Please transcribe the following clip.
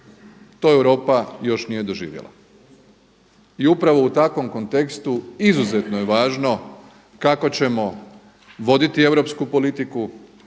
To Europa još nije doživjela. I upravo u takvom kontekstu izuzetno je važno kako ćemo voditi europsku politiku,